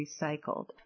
recycled